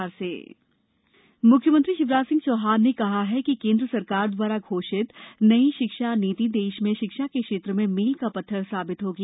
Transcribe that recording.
शिवराज शिक्षा नीति मुख्यममंत्री शिवराज सिंह चौहान ने कहा है कि केंद्र सरकार द्वारा घोषित नई शिक्षा नीति देश में शिक्षा के क्षेत्र में मील का पत्थर साबित होगी